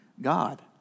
God